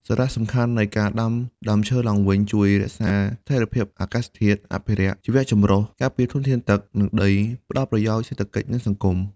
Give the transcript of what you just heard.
សារៈសំខាន់នៃការដាំដើមឈើឡើងវិញជួយ រក្សាស្ថិរភាពអាកាសធាតុ អភិរក្សជីវៈចម្រុះ ការពារធនធានទឹក និងដី ផ្ដល់ប្រយោជន៍សេដ្ឋកិច្ច និងសង្គម។